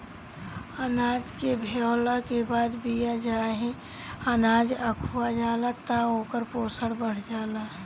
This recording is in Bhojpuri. अनाज के भेवला के बाद बिया चाहे अनाज अखुआ जाला त ओकर पोषण बढ़ जाला